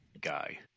guy